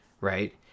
right